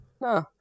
No